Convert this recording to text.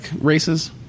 races